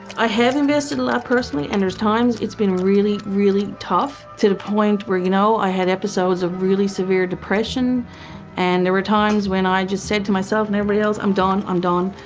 i have and missed and a lot personally and there's times it's been really, really tough to the point where you know, i had episodes of really severe depression and there were times when i just said to myself and everybody else, i'm done, i'm done,